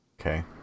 Okay